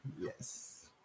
Yes